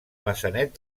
maçanet